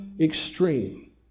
extreme